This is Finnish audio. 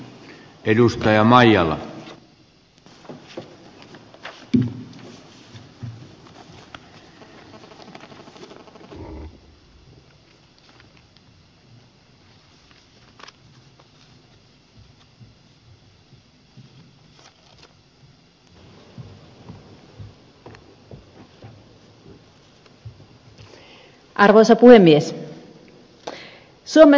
arvoisa puhemies